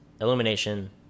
illumination